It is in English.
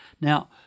Now